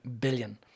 billion